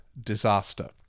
disaster